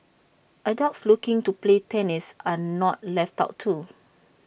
adults looking to play tennis are not left out too